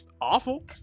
awful